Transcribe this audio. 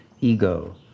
ego